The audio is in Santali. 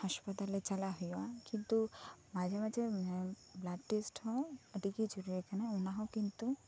ᱦᱟᱸᱥᱯᱟᱛᱟᱞ ᱨᱮ ᱪᱟᱞᱟᱜ ᱦᱩᱭᱩᱜᱼᱟ ᱠᱤᱱᱛᱩ ᱢᱟᱡᱷᱮ ᱢᱟᱡᱷᱮ ᱢᱟᱱᱮ ᱵᱞᱟᱰ ᱴᱮᱥᱴ ᱦᱚᱸ ᱟᱹᱰᱤ ᱡᱟᱹᱨᱩᱲ ᱦᱮᱱᱟᱜᱼᱟ ᱚᱱᱟ ᱦᱚᱸ ᱠᱤᱱᱛᱩ